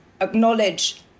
acknowledge